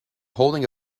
holding